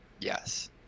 Yes